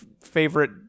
favorite